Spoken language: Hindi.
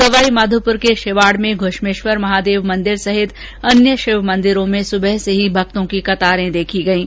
सवाईमाघोपुर के शिवाड में घुश्मेश्वर महादेव मंदिर सहित अन्य शिव मंदिरो में सुबह से ही भक्तों की कतारें देखी गई है